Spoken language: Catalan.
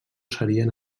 serien